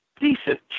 decent